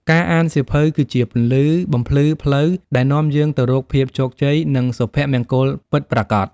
ការអានសៀវភៅ គឺជាពន្លឺបំភ្លឺផ្លូវដែលនាំយើងទៅរកភាពជោគជ័យ និងសុភមង្គលពិតប្រាកដ។